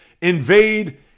invade